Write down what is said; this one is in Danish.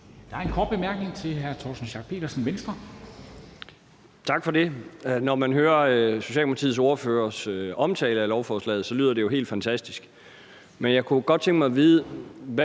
Pedersen, Venstre. Kl. 10:23 Torsten Schack Pedersen (V): Tak for det. Når man hører Socialdemokratiets ordførers omtale af lovforslaget, lyder det jo helt fantastisk. Men jeg kunne godt tænke mig at vide,